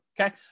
okay